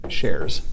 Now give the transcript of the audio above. shares